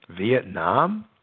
Vietnam